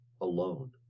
alone